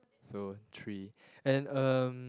so three and um